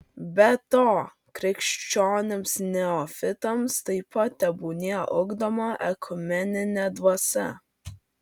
be to krikščionims neofitams taip pat tebūnie ugdoma ekumeninė dvasia